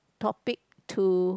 topic to